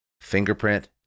fingerprint